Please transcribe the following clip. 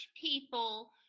people